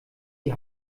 die